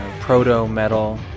proto-metal